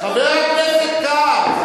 חבר הכנסת כץ,